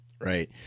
Right